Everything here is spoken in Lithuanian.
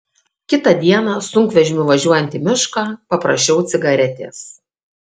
kitą dieną sunkvežimiu važiuojant į mišką paprašiau cigaretės